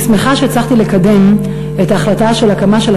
אני שמחה שהצלחתי לקדם את ההחלטה על הקמה של